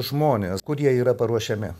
žmonės kur jie yra paruošiami